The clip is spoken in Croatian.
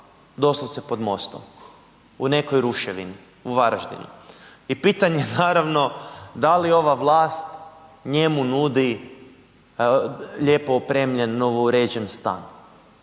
doslovce pod mostom u nekoj ruševini u Varaždinu. I pitanje naravno, da li ova vlat njemu nudi lijepo opremljen, novouređen stan?